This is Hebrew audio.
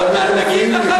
עכשיו תרגיע.